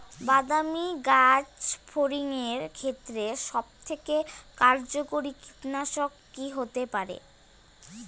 বাদামী গাছফড়িঙের ক্ষেত্রে সবথেকে কার্যকরী কীটনাশক কি হতে পারে?